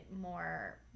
more